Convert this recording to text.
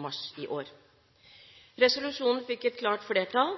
mars i år. Resolusjonen fikk et klart flertall.